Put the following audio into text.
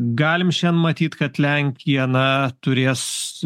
galim šiandien matyt kad lenkija na turės